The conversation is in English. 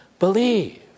believe